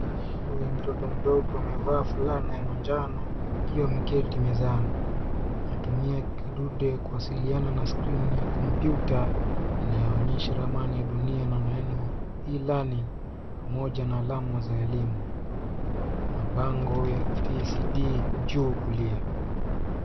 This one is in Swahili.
Huyu ni mtoto mdogo amevaa fulana ya manjano akiwa ameketi mezani atumia kidude kuwasiliana na skrini ya kompyuta inayoonyesha ramani ya dunia na neno e-learning pamoja na alama za elimu kuna bango ya tcd juu kulia.